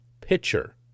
pitcher